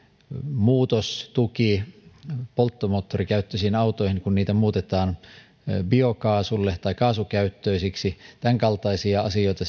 muutostuki polttomoottorikäyttöisiin autoihin kun niitä muutetaan kaasukäyttöisiksi tämänkaltaisia asioita